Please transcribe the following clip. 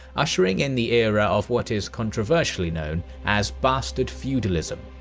ushering in the era of what is controversially known as bastard feudalism.